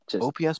OPS